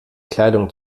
kleidung